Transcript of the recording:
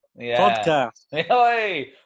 Podcast